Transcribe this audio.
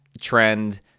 trend